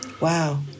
Wow